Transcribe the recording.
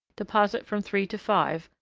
deposit from three to five,